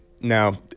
Now